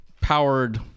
powered